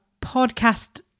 podcast